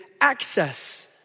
access